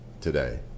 today